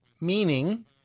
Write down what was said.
meaning